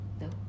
No